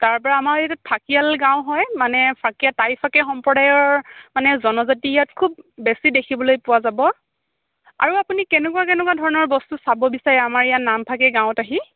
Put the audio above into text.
তাৰপৰা আমাৰ এইটো ফাকিয়াল গাঁও হয় মানে ফাকিয়াল গাঁও হয় মানে টাইফাকে সম্প্ৰদায়ৰ মানে জনজাতি ইয়াত খুব বেছি দেখিবলৈ পোৱা যাব আৰু আপুনি কেনেকুৱা কেনেকুৱা ধৰণৰ বস্তু চাব বিচাৰে আমাৰ ইয়াত নামফাকে গাঁৱত আহি